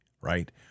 right